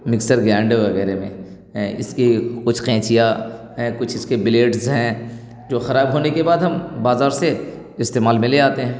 mixer grinder وغیرہ میں ایں اس کی کچھ قینچیاں ایں کچھ اس کے بلیڈز ہیں جو خراب ہونے کے بعد ہم بازار سے استعمال میں لے آتے ہیں